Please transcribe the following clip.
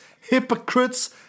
hypocrites